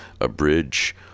abridge